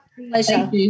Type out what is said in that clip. Pleasure